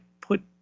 put